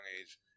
age